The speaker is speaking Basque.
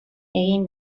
egin